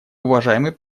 уважаемый